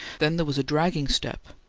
then there was a dragging step,